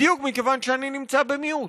בדיוק מכיוון שאני נמצא במיעוט.